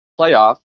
playoff